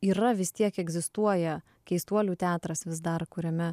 yra vis tiek egzistuoja keistuolių teatras vis dar kuriame